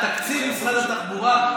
על תקציב משרד התחבורה,